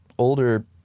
older